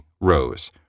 rose